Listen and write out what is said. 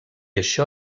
això